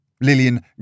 Lillian